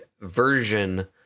version